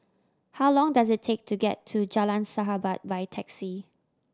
how long does it take to get to Jalan Sahabat by taxi